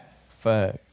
Fuck